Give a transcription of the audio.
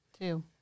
Two